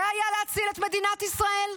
זה היה להציל את מדינת ישראל?